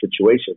situation